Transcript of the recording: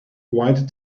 white